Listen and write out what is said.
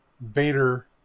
Vader